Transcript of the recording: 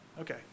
Okay